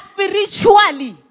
Spiritually